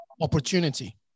opportunity